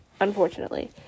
unfortunately